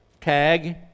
Tag